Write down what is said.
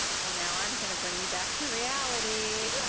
well now i'm going to bring you back to reality.